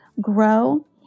grow